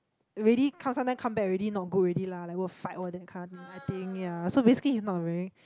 already come sometime come back already not good already lah like go fight all that kind of thing I think ya so basically he's not a very